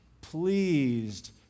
pleased